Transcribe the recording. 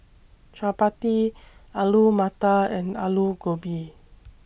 Chapati Alu Matar and Alu Gobi